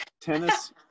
tennis